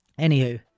anywho